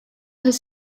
his